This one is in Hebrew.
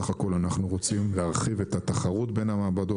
בסך הכול אנחנו רוצים להרחיב את התחרות בין המעבדות,